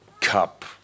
Cup